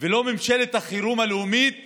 ולא ממשלת החירום הלאומית